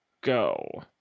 go